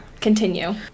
Continue